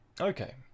Okay